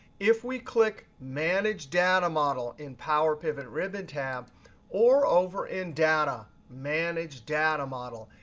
if we click manage data model in power pivot ribbon tab or over in data, manage data model,